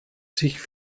sich